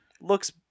looks